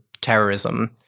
terrorism